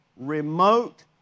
remote